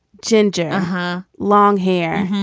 ginger, huh? long hair,